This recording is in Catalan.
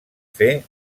fer